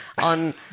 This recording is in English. on